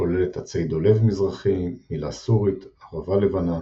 הכוללת עצי דולב מזרחי, מילה סורית, ערבה לבנה